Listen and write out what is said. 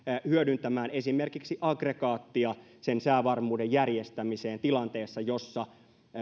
hyödyntämään esimerkiksi aggregaattia säävarmuuden järjestämiseen tilanteessa jossa